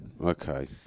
Okay